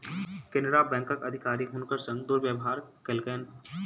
केनरा बैंकक अधिकारी हुनकर संग दुर्व्यवहार कयलकैन